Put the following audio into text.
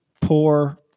poor